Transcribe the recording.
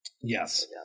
Yes